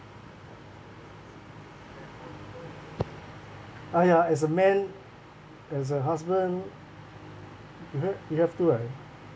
!aiya! as a man as a husband you have to right